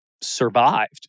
survived